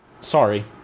sorry